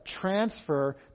transfer